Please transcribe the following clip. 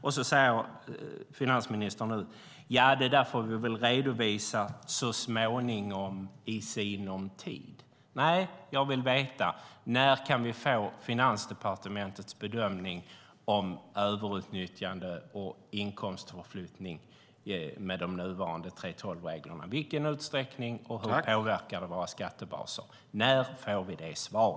Och nu säger finansministern att ni ska redovisa detta så småningom och i sinom tid. Men jag vill veta när vi kan få Finansdepartementets bedömning om överutnyttjande och inkomstförflyttning med de nuvarande 3:12-reglerna. I vilket utsträckning sker det, och hur påverkar det våra skattebaser? När får vi detta svar?